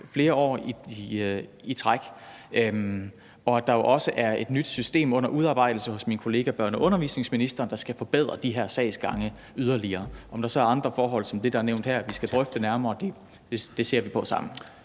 flere år i træk. Og der er jo også et nyt system under udarbejdelse hos min kollega børne- og undervisningsministeren, der skal forbedre de her sagsgange yderligere. Om der så er andre forhold som det, der er nævnt her, vi skal drøfte nærmere, ser vi på sammen.